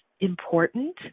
important